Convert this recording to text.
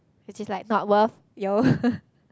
which is like not worth